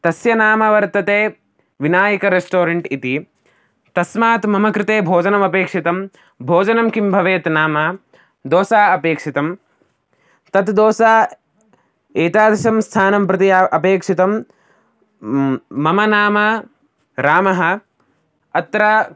तस्य नाम वर्तते विनायक रेस्टोरेण्ट् इति तस्मात् मम कृते भोजनमपेक्षितं भोजनं किं भवेत् नाम दोसा अपेक्षितं तत् दोसा एतादृशं स्थानं प्रति अपेक्षितं मम नाम रामः अत्र